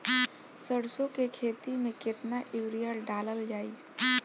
सरसों के खेती में केतना यूरिया डालल जाई?